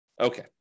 Okay